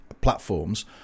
platforms